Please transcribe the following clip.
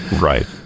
Right